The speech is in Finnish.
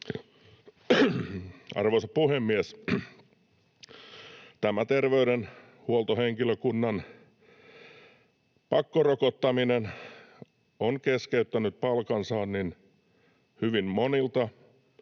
Arvoisa puhemies! ”Tämä terveydenhuoltohenkilökunnan pakkorokottaminen on keskeyttänyt palkansaannin hyvin monilta